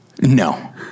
No